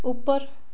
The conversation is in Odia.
ଉପର